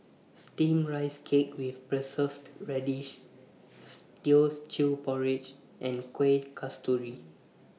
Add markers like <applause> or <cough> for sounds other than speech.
Steamed Rice Cake with Preserved Radish <noise> Teochew Porridge and Kuih Kasturi